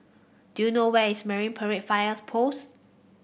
do you know where is Marine Parade Fires Post